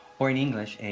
or in english,